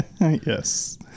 Yes